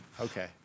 Okay